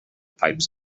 pipes